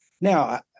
Now